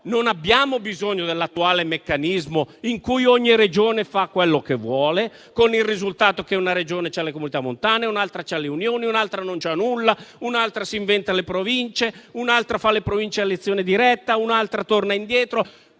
non abbiamo bisogno dell'attuale meccanismo in cui ogni Regione fa quello che vuole, con il risultato che una Regione ha le comunità montane, un'altra ha le unioni, un'altra non ha nulla, un'altra si inventa le Province, un'altra fa le Province a elezione diretta, un'altra torna indietro.